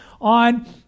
on